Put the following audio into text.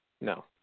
No